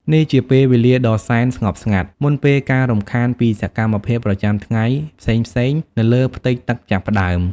នេះជាពេលវេលាដ៏សែនស្ងប់ស្ងាត់ មុនពេលការរំខានពីសកម្មភាពប្រចាំថ្ងៃផ្សេងៗនៅលើផ្ទៃទឹកចាប់ផ្តើម។